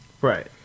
Right